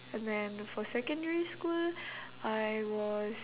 and then for secondary school I was